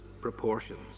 proportions